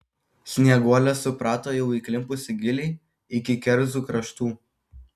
snieguolė suprato jau įklimpusi giliai iki kerzų kraštų